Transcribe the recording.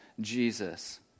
Jesus